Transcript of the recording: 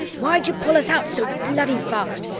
why'd you pull us out so bloody fast?